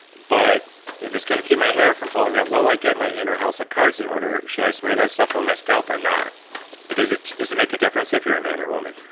but if it's going to keep my hair from falling out while i get my inner house of cards in order, should i smear that stuff on my scalp or not does it does it make a difference if you're a man or woman?